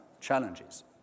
challenges